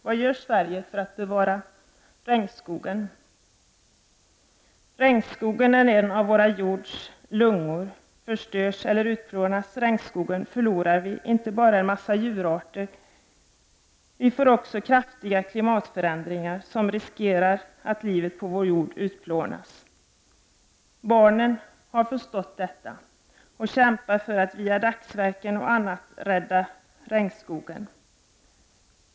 Vad gör Sverige för att bevara regnskogen? Regnskogen är en av vår jords lungor. Förstörs eller utplånas regnskogen förlorar vi inte bara en mängd djurarter. Vi får också kraftiga klimatförändringar som riskerar att livet på vår jord utplånas. Barnen har förstått detta och kämpar för att genom dagsverken och annat rädda regnskogen.